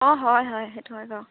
অঁ হয় হয় সেইটো হয় বাৰু